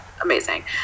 amazing